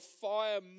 fire